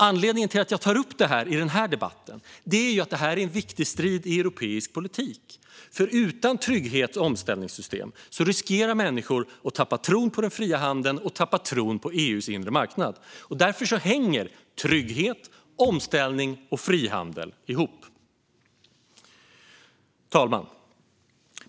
Anledningen till att jag tar upp detta i den här debatten är att det är en viktig strid i europeisk politik. Utan trygghets och omställningssystem riskerar människor nämligen att tappa tron på den fria handeln och tappa tron på EU:s inre marknad. Därför hänger trygghet, omställning och frihandel ihop. Fru talman!